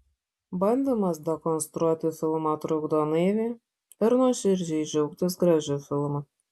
bandymas dekonstruoti filmą trukdo naiviai ir nuoširdžiai džiaugtis gražiu filmu